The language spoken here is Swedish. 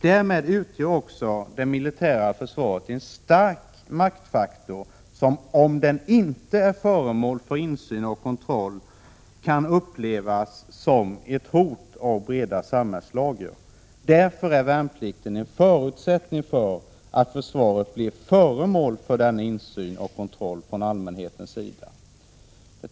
Därmed utgör också det militära försvaret en stark maktfaktor som, om den inte är föremål för insyn och kontroll, kan upplevas som ett hot av breda samhällslager. Därför är värnplikten en förutsättning för att försvaret blir föremål för denna insyn och kontroll från allmänhetens sida.